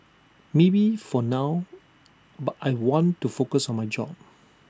maybe for now but I want to focus on my job